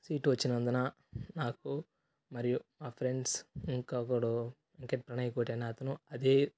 seat వచ్చినందున నాకు మరియు నా ఫ్రెండ్స్ ఇంకొకడు ఇంక ప్రణయ్ కోటి అనే అతను అదే